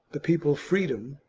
the people freedom,